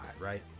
right